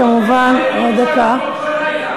אז למה אתם לא משרתים?